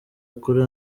kuri